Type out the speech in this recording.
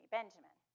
Benjamin